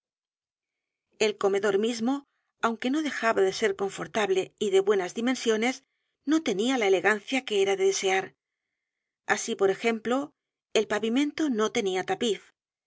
el comedor mismo aunque no dejaba de ser confortable y de buenas dimensiones no tenía la elegancia que era de desear así por ejemplo el pavimento n o tenía tapiz